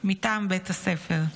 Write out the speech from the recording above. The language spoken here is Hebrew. מטעם בית הספר.